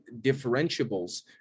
differentiables